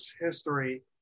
history